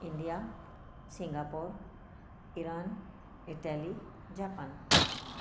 India Singapore Iran Italy Japan